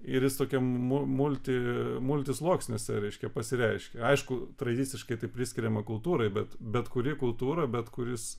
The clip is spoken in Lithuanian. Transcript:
ir jis tokiam multi multi sluoksniuose reiškia pasireiškia aišku tradiciškai tai priskiriama kultūrai bet bet kuri kultūra bet kuris